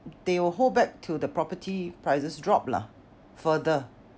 they will hold back till the property prices drop lah further